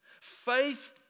faith